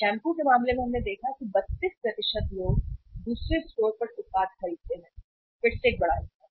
shampoo के मामले में हमने यहां देखा है कि 32 लोग दूसरे स्टोर पर उत्पाद खरीदते हैं फिर से एक बड़ा हिस्सा